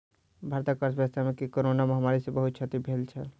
भारतक अर्थव्यवस्था के कोरोना महामारी सॅ बहुत क्षति भेल छल